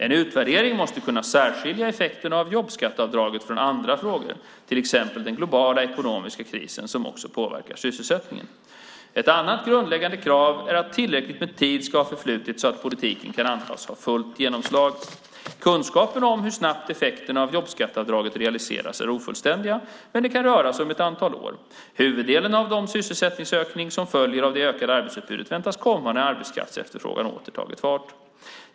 En utvärdering måste kunna särskilja effekterna av jobbskatteavdraget från andra faktorer, till exempel den globala ekonomiska krisen, som också påverkar sysselsättningen. Ett annat grundläggande krav är att tillräckligt med tid ska ha förflutit så att politiken kan antas ha fått fullt genomslag. Kunskapen om hur snabbt effekterna av jobbskatteavdraget realiseras är ofullständig, men det kan röra sig om ett antal år. Huvuddelen av den sysselsättningsökning som följer av det ökade arbetsutbudet väntas komma när arbetskraftsefterfrågan åter tagit fart.